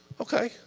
Okay